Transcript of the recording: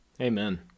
Amen